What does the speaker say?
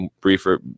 briefer